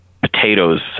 potatoes